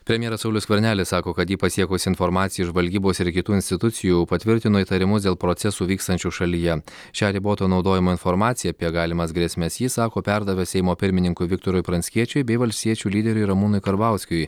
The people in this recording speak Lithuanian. premjeras saulius skvernelis sako kad jį pasiekusi informacija iš žvalgybos ir kitų institucijų patvirtino įtarimus dėl procesų vykstančių šalyje šią riboto naudojimo informaciją apie galimas grėsmes jis sako perdavęs seimo pirmininkui viktorui pranckiečiui bei valstiečių lyderiui ramūnui karbauskiui